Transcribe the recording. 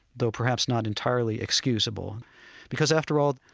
though perhaps not entirely excusable because, after all,